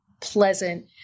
pleasant